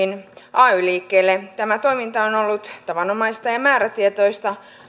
ay liikkeelle tämä toiminta on ollut tavanomaista ja määrätietoista